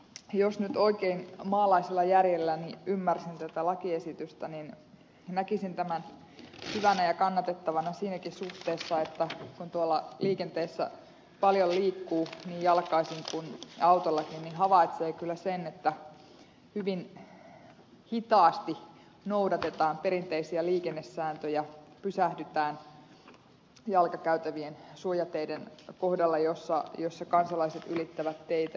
jos nyt oikein maalaisella järjelläni ymmärsin tätä lakiesitystä niin näkisin tämän hyvänä ja kannatettavana siinäkin suhteessa että kun tuolla liikenteessä paljon liikkuu niin jalkaisin kuin autollakin niin havaitsee kyllä sen että hyvin hitaasti noudatetaan perinteisiä liikennesääntöjä pysähdytään jalkakäytävien suojateiden kohdalla jossa kansalaiset ylittävät teitä